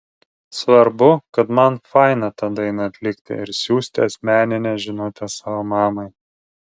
svarbu kad man faina tą dainą atlikti ir siųsti asmeninę žinutę savo mamai